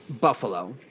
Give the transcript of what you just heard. Buffalo